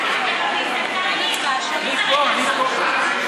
הודעה בטלפון על מועד סיום עסקה או התחייבות),